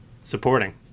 Supporting